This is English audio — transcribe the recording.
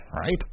Right